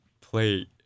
play –